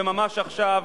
וממש עכשיו,